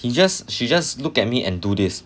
he just she just look at me and do this